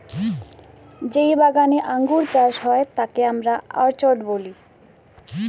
যেই বাগানে আঙ্গুর চাষ হয় তাকে আমরা অর্চার্ড বলি